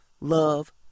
Love